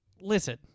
listen